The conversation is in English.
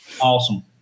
awesome